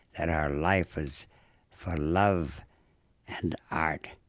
that her life is for love and art.